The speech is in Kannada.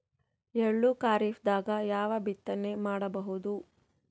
ಎಳ್ಳು ಖರೀಪದಾಗ ಯಾವಗ ಬಿತ್ತನೆ ಮಾಡಬಹುದು?